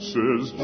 Says